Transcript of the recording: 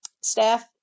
staff